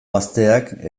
gazteak